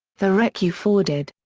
the wreck you forwarded.